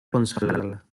consolarla